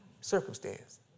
Circumstance